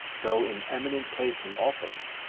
though in eminent place and office,